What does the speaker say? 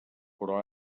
però